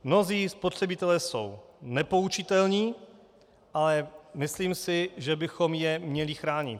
Mnozí spotřebitelé jsou nepoučitelní, ale myslím si, že bychom je měli chránit.